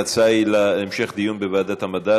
ההצעה היא המשך דיון בוועדת המדע,